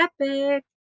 epic